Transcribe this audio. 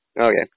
Okay